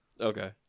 Okay